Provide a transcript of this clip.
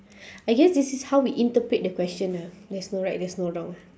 I guess this is how we interpret the question ah there's no right there's no wrong